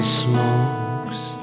smokes